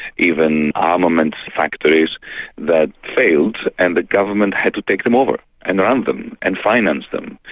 even armaments factories that failed, and the government had to take them over and run them and finance them.